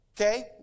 okay